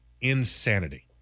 insanity